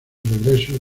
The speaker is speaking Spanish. regreso